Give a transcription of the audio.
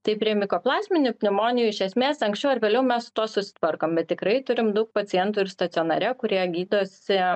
tai prie mikoplazminių pneumonijų iš esmės anksčiau ar vėliau mes su tuo susitvarkom bet tikrai turim daug pacientų ir stacionare kurie gydosi